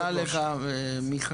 תודה לך מיכאל.